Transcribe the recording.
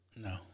No